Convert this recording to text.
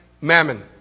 mammon